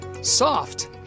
soft